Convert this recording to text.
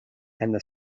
and